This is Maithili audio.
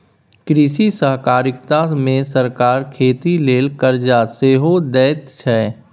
कृषि सहकारिता मे सरकार खेती लेल करजा सेहो दैत छै